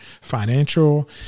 financial